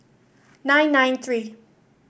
nine nine three